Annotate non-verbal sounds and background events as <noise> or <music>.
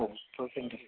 <unintelligible>